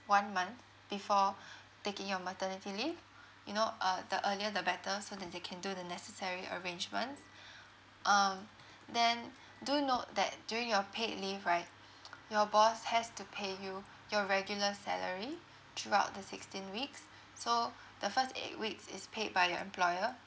one month before taking your maternity leave you know uh the earlier the better so that they can do the necessary arrangements um then do note that during your paid leave right your boss has to pay you your regular salary throughout the sixteen weeks so the first eight weeks is paid by your employer